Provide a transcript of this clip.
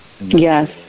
Yes